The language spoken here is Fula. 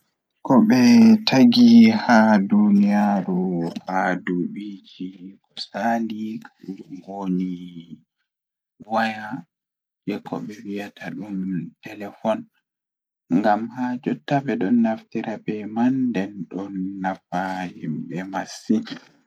Ko ngal waɗi haɗiiɗe ɓurɗo doole ngal ngonaaɓe so makko waɗi ngonaa e nder balɗe leydi aduna. Ko ɗum waɗani ngam hakkilgol cuɗii aduna, waɗduɗe no feewi e firdude leɗɗe e mum. Internet ngal waɗi kammuuji jogoriɗi hayru ngal ngam waɗde ngonaa e heɓde fayde e rewbhe e keewal leydi aduna